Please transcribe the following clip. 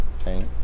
okay